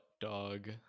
dog